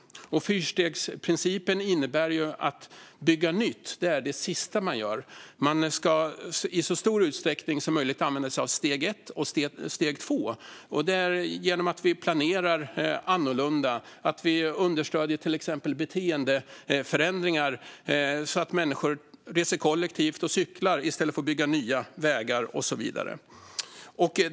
Fyrstegsprincipen innebär att det sista man gör är att bygga nytt. Man ska i så stor utsträckning som möjligt använda sig av steg ett och steg två. Det gör vi genom att planera annorlunda och genom att understödja till exempel beteendeförändringar så att människor reser kollektivt och cyklar i stället för att vi bygger nya vägar och så vidare.